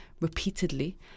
repeatedly